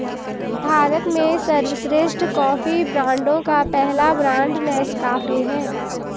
भारत में सर्वश्रेष्ठ कॉफी ब्रांडों का पहला ब्रांड नेस्काफे है